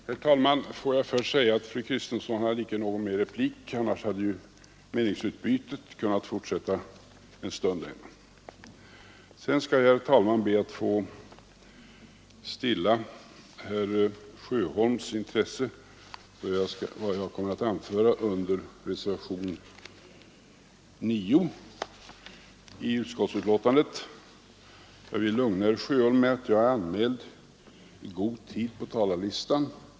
Herr talman! Får jag först säga att fru Kristensson inte hade rätt till någon mera replik. Annars hade meningsutbytet kunnat fortsätta än en stund. Sedan skall jag, herr talman, be att få stilla herr Sjöholms intres: vad jag kommer att anföra beträffande reservationen 9 i utskottsbetänkandet. Jag vill lugna herr Sjöholm med att framhålla att jag är anmäld på talarlistan i god tid.